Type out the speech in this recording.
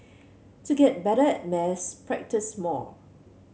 to get better at maths practise more